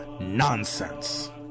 nonsense